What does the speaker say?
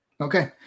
Okay